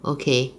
okay